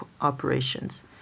operations